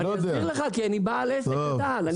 אני אסביר לך, כי אני בעל עסק קטן.